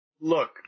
look